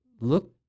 look